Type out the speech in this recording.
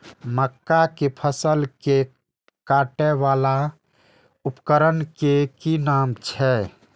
मक्का के फसल कै काटय वाला उपकरण के कि नाम छै?